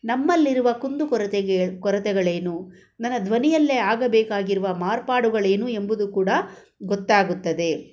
ನಮ್ಮಲ್ಲಿರುವ ಕುಂದು ಕೊರತೆಗೆ ಕೊರತೆಗಳೇನು ನಮ್ಮ ಧ್ವನಿಯಲ್ಲೇ ಆಗಬೇಕಾಗಿರುವ ಮಾರ್ಪಾಡುಗಳೇನು ಎಂಬುದು ಕೂಡ ಗೊತ್ತಾಗುತ್ತದೆ